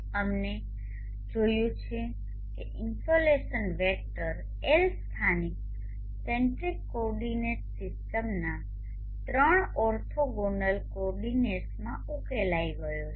અમે જોયું છે કે ઇનસોલેશન વેક્ટર L સ્થાનિક સેન્ટ્રિક કોઓર્ડિનેટ સિસ્ટમના ત્રણ ઓર્થોગોનલ કોઓર્ડિનેટ્સમાં ઉકેલાઈ ગયો છે